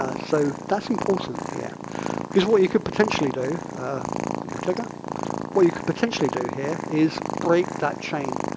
ah so that's important here because what you could potentially do got my clicker what you could potentially do here is break that chain.